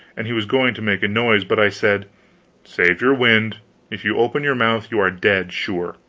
and he was going to make a noise but i said save your wind if you open your mouth you are dead, sure.